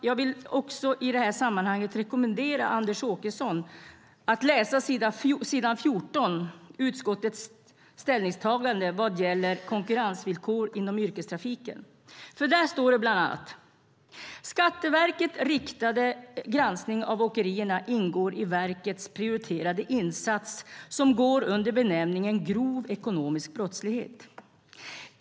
Jag vill i det här sammanhanget rekommendera Anders Åkesson att läsa s. 14, utskottets ställningstagande vad gäller konkurrensvillkor inom yrkestrafiken, för där står det bland annat: "Enligt uppgift till utskottet ingår Skatteverkets riktade granskning av åkerierna i myndighetens prioriterade insats Grov ekonomisk brottslighet.